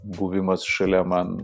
buvimas šalia man